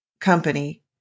company